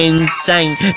Insane